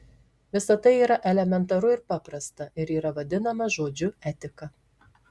visa tai yra elementaru ir paprasta ir yra vadinama žodžiu etika